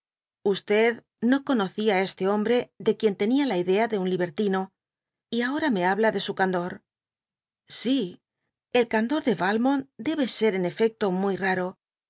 ambos no conocia á este hombre de quien tenia la idea de un libertino y ahora me habla de su candor si el candor de yalmont debe ser en efecto muy rsro